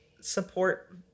support